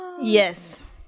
Yes